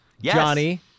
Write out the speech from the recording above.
Johnny